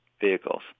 vehicles